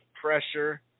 pressure